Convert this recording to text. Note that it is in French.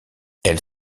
elle